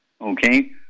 okay